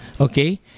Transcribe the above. Okay